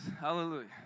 hallelujah